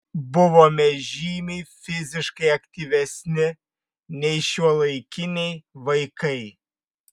buvome žymiai fiziškai aktyvesni nei šiuolaikiniai vaikai